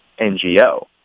NGO